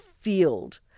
field